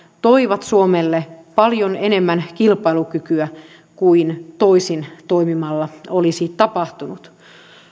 toivat suomelle paljon enemmän kilpailukykyä kuin toisin toimimalla olisi tapahtunut